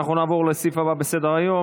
אנחנו נעבור לסעיף הבא בסדר-היום,